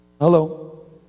Hello